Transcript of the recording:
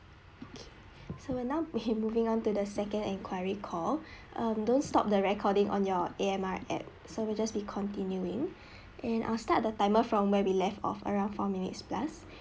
okay so we're now moving on to the second enquiry call um don't stop the recording on your A_M_R app so we'll just be continuing and I'll start the timer from where we left off around four minutes plus